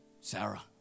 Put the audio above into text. Sarah